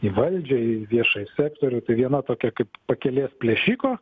į valdžią į viešąjį sektorių tai viena tokia kaip pakelės plėšiko